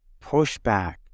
pushback